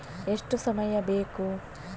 ಎಷ್ಟು ಸಮಯ ಬೇಕು?